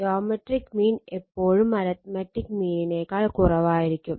geometric mean എപ്പോഴും arithmetic മീനിനേക്കാൾ കുറവായിരിക്കും